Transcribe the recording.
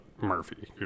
Murphy